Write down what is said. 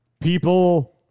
people